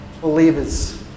believers